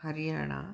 Haryana